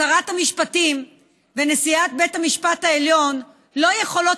שרת המשפטים ונשיאת בית המשפט העליון לא יכולות